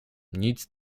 nic